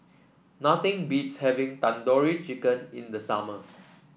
nothing beats having Tandoori Chicken in the summer